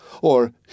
Or